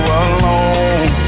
alone